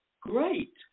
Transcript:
great